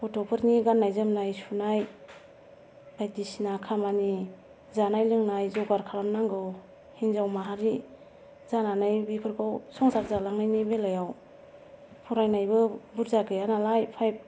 गथ'फोरनि गाननाय जोमनाय सुनाय बायदिसिना खामानि जानाय लोंनाय जगार खालामनांगौ हिनजाव माहारि जानानै बेफोरखौ संसार जालांनायनि बेलायाव फरायनायबो बुरजा गैयानालाय फाइभ